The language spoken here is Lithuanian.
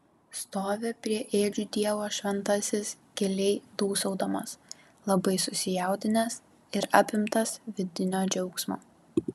stovi prie ėdžių dievo šventasis giliai dūsaudamas labai susijaudinęs ir apimtas vidinio džiaugsmo